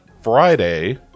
Friday